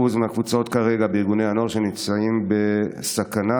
מהקבוצות כרגע בארגוני הנוער שנמצאות בסכנה,